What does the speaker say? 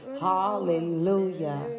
hallelujah